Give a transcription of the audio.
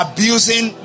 Abusing